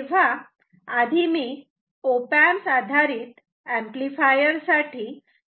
तेव्हा आधी मी ऑप ऍम्प् आधारित एंपलीफायर साठी